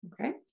Okay